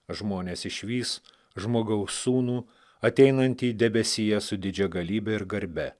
žmonės išvys žmogaus sūnų ateinantį debesyje su didžia galybe ir garbe